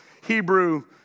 Hebrew